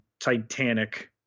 Titanic